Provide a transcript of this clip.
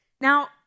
Now